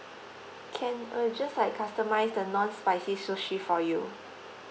can uh just like customise the non-spicy sushi for you